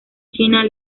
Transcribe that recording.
china